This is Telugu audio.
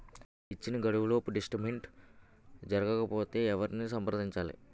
ఇచ్చిన గడువులోపు డిస్బర్స్మెంట్ జరగకపోతే ఎవరిని సంప్రదించాలి?